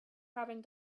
having